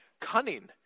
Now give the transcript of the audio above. cunning